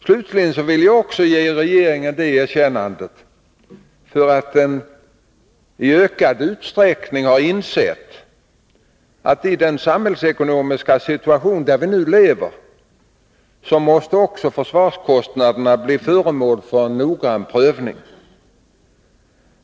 Jag vill också ge regeringen ett erkännande för att den i ökad utsträckning harinsett, att i den samhällsekonomiska situation där vi nu lever måste också försvarskostnaderna bli föremål för en noggrann prövning.